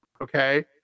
okay